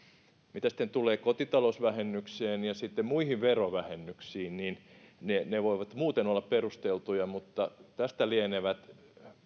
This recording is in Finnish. mitä sitten tulee kotitalousvähennykseen ja muihin verovähennyksiin niin ne ne voivat muuten olla perusteltuja mutta siitä lienevät